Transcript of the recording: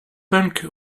punk